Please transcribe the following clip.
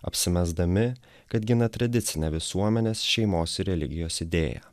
apsimesdami kad gina tradicinę visuomenės šeimos ir religijos idėją